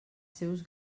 seus